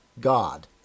God